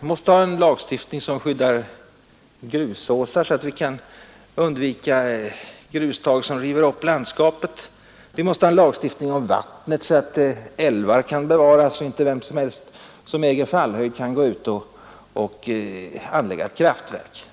Vi måste ha en lagstiftning som skyddar grusåsar, så att vi undviker grustag som river upp de vackraste landskapen. Vi måste ha en lagstiftning om vattnet, så att älvar kan bevaras och så att inte vem som helst som äger fallhöjd kan anlägga ett kraftverk.